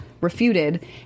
refuted